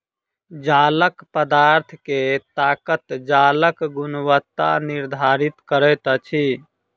जालक पदार्थ के ताकत जालक गुणवत्ता निर्धारित करैत अछि